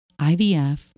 IVF